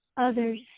others